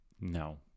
No